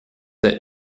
der